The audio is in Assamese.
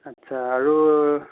আচ্ছা আৰু